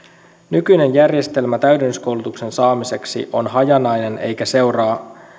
nykyinen järjestelmä täydennyskoulutuksen saamiseksi on hajanainen eikä seuraa